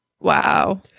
Wow